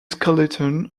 skeleton